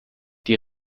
die